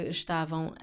estavam